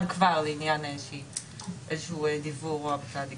לעניין איזשהו דיוור או המצאה דיגיטלית.